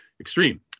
extreme